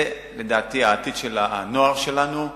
זה לדעתי העתיד של הנוער שלנו,